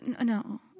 no